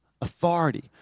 Authority